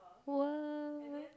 what